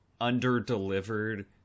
under-delivered